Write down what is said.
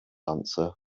answer